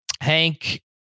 Hank